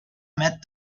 met